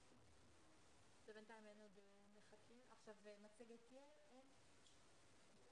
נושא הדיון הוא דיון מהיר בנושא קליטת עולים ביישובים מעורבים,